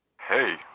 hey